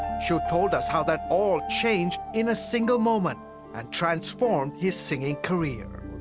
so told us how that all changed in a single moment and transformed his singing career.